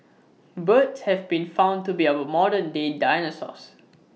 birds have been found to be our modern day dinosaurs